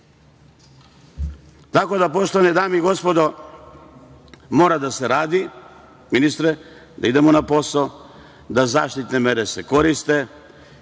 da, poštovane dame i gospodo, mora da se radi, ministre, da idemo na posao, da zaštitne mere se koriste.